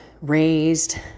raised